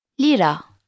lira